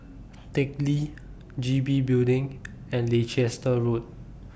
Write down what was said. Teck Lee G B Building and Leicester Road